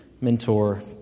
mentor